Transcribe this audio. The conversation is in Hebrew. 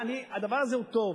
הדבר הזה הוא טוב.